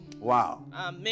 wow